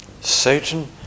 satan